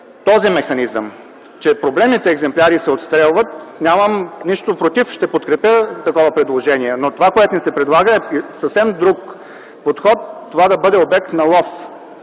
този механизъм проблемните екземпляри да се отстрелват, нямам нищо против, ще подкрепя такова предложение. Но това, което ни се предлага, е съвсем друг подход – тогава да бъде обект на лов.